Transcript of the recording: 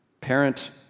parent